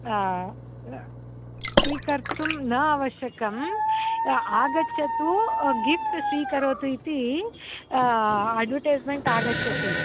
स्वीकर्तुं न आवश्यकम् आगच्छतु गिफ़्ट् स्वीकरोतु इति अड्वटैस्मेण्ट् आगच्छति